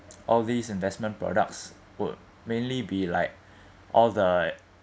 all these investment products were mainly be like all the